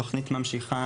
התוכנית ממשיכה,